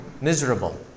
miserable